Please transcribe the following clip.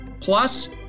Plus